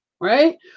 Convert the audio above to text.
Right